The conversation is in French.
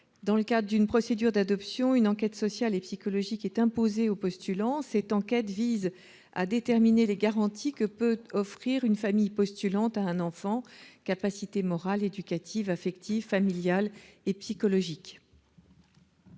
Dans le cadre d'une procédure d'adoption, une enquête sociale et psychologique est imposée aux postulants. Cette enquête vise à déterminer les garanties que la famille peut offrir à l'enfant : capacités morales, éducatives, affectives, familiales et psychologiques.